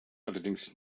allerdings